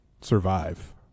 survive